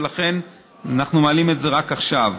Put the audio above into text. ולכן אנחנו מעלים את זה רק עכשיו.